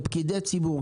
כפקידי ציבור,